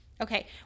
okay